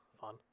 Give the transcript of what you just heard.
fun